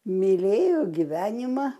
mylėjo gyvenimą